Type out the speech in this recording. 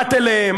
באת אליהם,